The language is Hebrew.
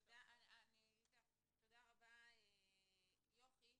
תודה רבה, יוכי.